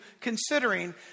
considering